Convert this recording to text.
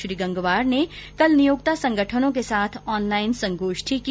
श्री गंगवार ने कल नियोक्ता संगठनों के साथ ऑनलाइन संगोष्ठी की